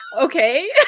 Okay